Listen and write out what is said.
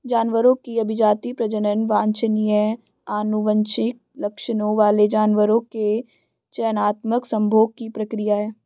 जानवरों की अभिजाती, प्रजनन वांछनीय आनुवंशिक लक्षणों वाले जानवरों के चयनात्मक संभोग की प्रक्रिया है